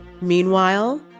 Meanwhile